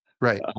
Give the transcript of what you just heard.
Right